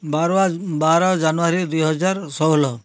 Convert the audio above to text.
ବାରୁଆ ବାର ଜାନୁୟାରୀ ଦୁଇ ହଜାର ଷୋହଳ